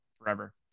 forever